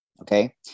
Okay